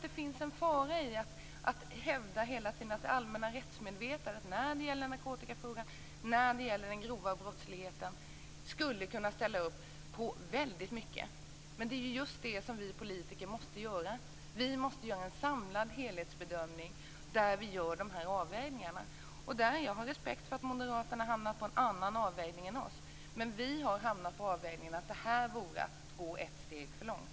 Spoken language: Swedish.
Det finns en fara i hävda att det allmänna rättsmedvetandet skulle kunna ställa upp på mycket när det gäller narkotika och grov brottslighet. Vi politiker måste göra en helhetsbedömning, där vi gör dessa avvägningar. Jag har respekt för att Moderaterna gör en annan avvägning än vi. Men vi har kommit fram till att det vore att gå ett steg för långt.